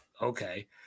Okay